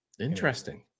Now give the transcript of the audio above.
interesting